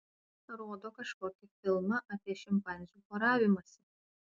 rodo kažkokį filmą apie šimpanzių poravimąsi